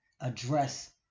address